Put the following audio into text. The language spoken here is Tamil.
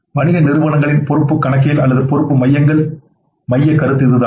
வணிக நிறுவனங்களின் பொறுப்புக் கணக்கியல் அல்லது பொறுப்பு மையங்களின் மைய கருத்து இதுதான்